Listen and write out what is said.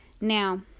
now